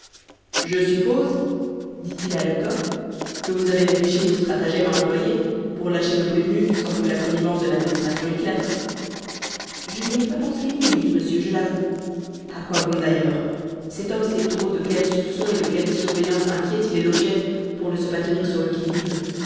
je suppose dit-il à lecoq que vous avez réfléchi au stratagème à employer pour lâcher le prévenu sans que la connivence de l'administration éclate je n'y ai pas pensé une minute monsieur je l'avoue à quoi bon d'ailleurs cet homme sait trop de quels soupçons et de quelle surveillance inquiète il est l'objet pour ne se pas tenir sur le qui-vive